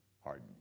harden